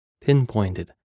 pinpointed